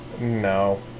No